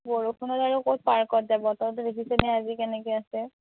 বৰষুণত আৰু ক'ত পাৰ্কত যাব বতৰটো দেখিছেনে আজি কেনেকৈ আছে